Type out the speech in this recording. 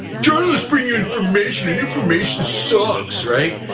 journalists bring you information, and information sucks, right?